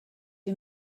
you